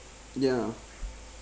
ya